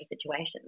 situations